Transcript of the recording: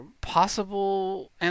possible